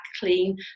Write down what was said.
clean